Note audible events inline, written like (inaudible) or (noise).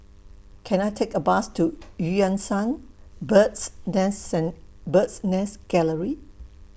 Can I Take A Bus to EU Yan Sang Bird's Nest (noise) Bird's Nest Gallery